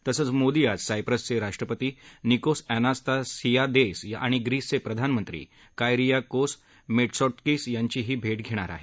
तसंच मोदी आज सायप्रसचे राष्ट्रपती निकोस एनास्ता सियादेस आणि ग्रीसचे प्रधानमंत्री कायरिया कोस मिटसॉटकिस यांनाही भेटणार आहेत